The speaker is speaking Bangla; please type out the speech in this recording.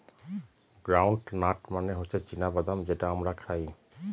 গ্রাউন্ড নাট মানে হচ্ছে চীনা বাদাম যেটা আমরা খাই